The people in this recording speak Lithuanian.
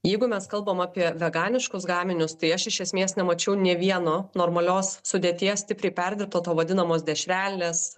jeigu mes kalbam apie veganiškus gaminius tai aš iš esmės nemačiau nė vieno normalios sudėties stipriai perdirbto to vadinamos dešrelės